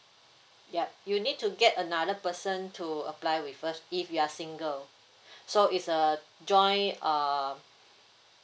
yup you need to get another person to apply with us if you are single so it's a joint uh